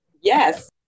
Yes